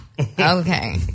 Okay